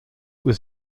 was